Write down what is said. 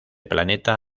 planeta